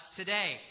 today